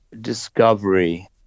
discovery